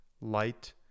light